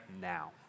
now